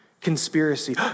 Conspiracy